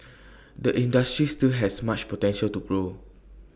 the industry still has much potential to grow